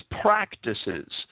practices